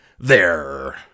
There